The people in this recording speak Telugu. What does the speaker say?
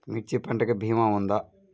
మిర్చి పంటకి భీమా ఉందా?